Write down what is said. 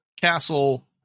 castle